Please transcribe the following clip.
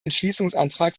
entschließungsantrag